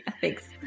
Thanks